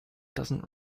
doesn’t